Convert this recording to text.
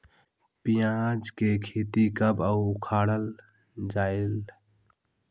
पियाज के खेती कब अउ उखाड़ा जायेल?